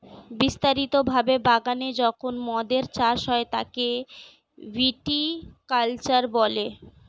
বিস্তারিত ভাবে বাগানে যখন মদের চাষ হয় তাকে ভিটি কালচার বলে